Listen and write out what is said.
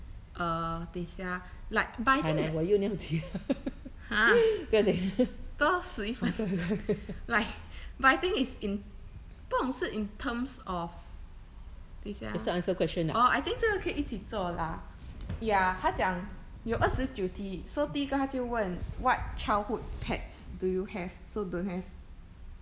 err 等一下啊 like but I think that !huh! 多十一分钟 like but I think is in 不懂是 in terms of 等一下啊 orh I think 这可以一起做啦 ya 它讲有二十九题 so 第一个它就问 what childhood pets do you have so don't have